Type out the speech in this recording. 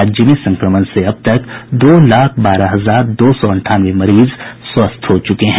राज्य में संक्रमण से अब तक दो लाख बारह हजार दो सौ अंठानवे मरीज स्वस्थ हो चुके हैं